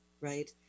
right